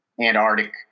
Antarctic